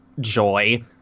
joy